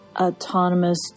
autonomous